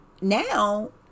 Now